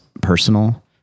personal